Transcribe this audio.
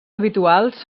habituals